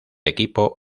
equipo